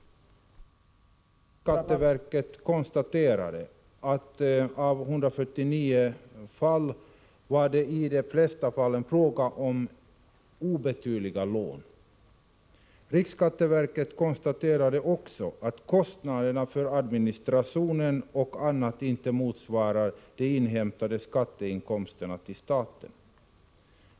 Riksskatteverket konstaterade att det på 149 000 undersökta fall mestadels var fråga om obetydliga lån. Riksskatteverket konstaterade också att kostnaderna för administration och annat inte motsvarar de inhämtade skatteinkomsterna till staten.